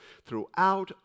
throughout